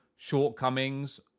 shortcomings